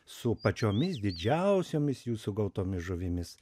su pačiomis didžiausiomis jų sugautomis žuvimis